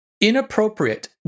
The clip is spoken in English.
inappropriate